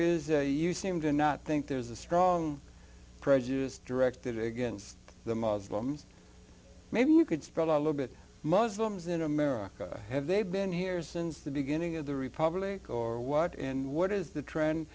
is a you seem to not think there's a strong prejudice directed against the muslims maybe you could spread a little bit muslims in america have they been here since the beginning of the republic or what and what is the trend